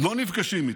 לא נפגשים איתם.